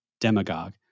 demagogue